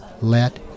let